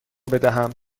بدهم